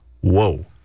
whoa